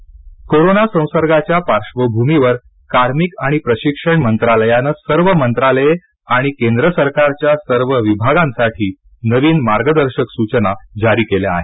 मार्गदर्शक सचना कोरोना संसर्गाच्या पार्बभूमीवर कार्मिक आणि प्रशिक्षण मंत्रालयानं सर्व मंत्रालये आणि केंद्र सरकारच्या सर्व विभागांसाठी नवीन मार्गदर्शक सूचना जारी केल्या आहेत